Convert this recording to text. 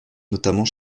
notamment